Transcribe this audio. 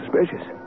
suspicious